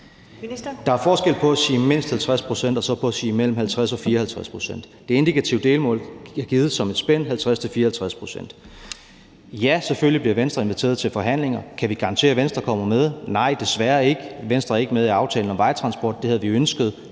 der er forskel på at sige mindst 50 pct. og så sige mellem 50 og 54 pct. Det indikative delmål bliver givet som et spænd på mellem 50 og 54 pct. Ja, selvfølgelig bliver Venstre inviteret til forhandlinger. Kan vi garantere, at Venstre kommer med i en aftale? Nej, desværre ikke. Venstre er ikke med i aftalen om vejtransport; det havde vi ønsket,